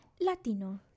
Latino